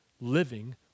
living